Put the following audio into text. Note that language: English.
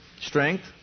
Strength